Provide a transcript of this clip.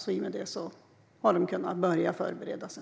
I och med det har de kunnat börja förbereda sig.